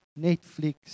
Netflix